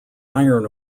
iron